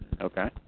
Okay